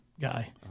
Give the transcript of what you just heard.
guy